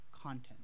content